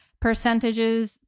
percentages